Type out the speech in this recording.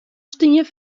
stien